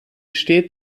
steht